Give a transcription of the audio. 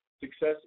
Success